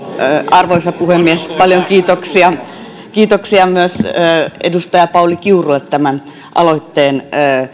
arvoisa puhemies paljon kiitoksia myös edustaja pauli kiurulle tämän aloitteen